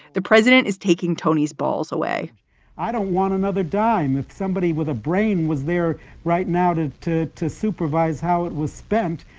the president is taking tony's balls away i don't want another dime. if somebody with a brain was there right now to to supervise how it was spent,